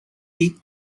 week